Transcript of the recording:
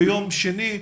ביום שני הקרוב.